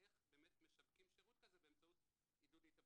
איך באמת משווקים שירות כזה באמצעות עידוד להתאבדות?